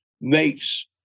makes